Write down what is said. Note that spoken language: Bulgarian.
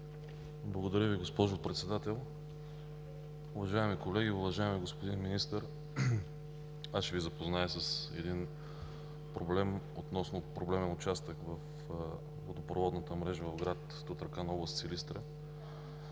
Благодаря Ви, госпожо Председател. Уважаеми колеги, уважаеми господин Министър! Аз ще Ви запозная с един проблемен участък на водопроводната мрежа в град Тутракан, област Силистра.